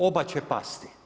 Oba će pasti.